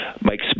Mike